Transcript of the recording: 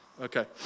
Okay